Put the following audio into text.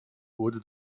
wurde